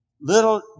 little